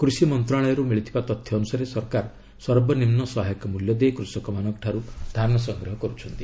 କୃଷି ମନ୍ତ୍ରଣାଳୟରୁ ମିଳିଥିବା ତଥ୍ୟ ଅନୁସାରେ ସରକାର ସର୍ବନିମ୍ନ ସହାୟକ ମୂଲ୍ୟ ଦେଇ କୃଷକମାନଙ୍କଠାରୁ ଧାନ ସଂଗ୍ରହ କରୁଛନ୍ତି